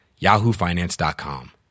yahoofinance.com